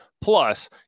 plus